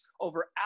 over